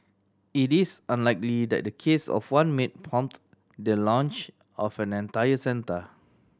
it is unlikely that the case of one maid prompt the launch of an entire centre